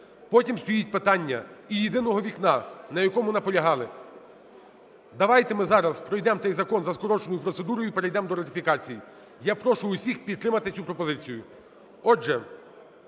Потім стоїть питання і "єдиного вікна", на якому наполягали. Давайте ми зараз пройдемо цей закон за скороченою процедурою і перейдемо до ратифікації. Я прошу всіх підтримати цю пропозицію.